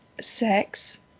Sex